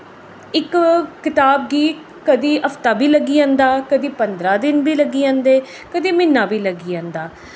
इक कताब गी कदें हफ्ता बी लग्गी जंदा कदें पंदरां दिन बी लग्गी जंदे कदें म्हीना बी लग्गी जंदा